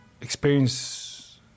experience